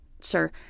sir